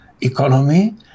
economy